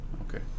okay